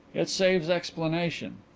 it saves explanation.